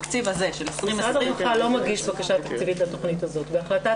לתקציב הזה של 2020. משרד הרווחה לא מגיש בקשה תקציבית לתכנית הזאת.